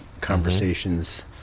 conversations